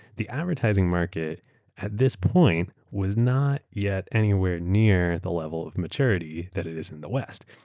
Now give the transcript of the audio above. the advertising market at this point was not yet anywhere near the level of maturity that it is in the west.